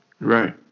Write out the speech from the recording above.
Right